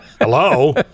Hello